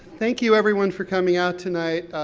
thank you, everyone, for coming out tonight.